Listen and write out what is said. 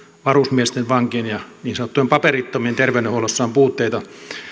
varusmiesten vankien ja niin sanottujen paperittomien terveydenhuollossa on puutteita